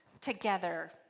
together